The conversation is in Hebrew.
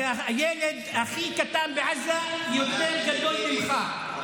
והילד הכי קטן בעזה יותר גדול ממך.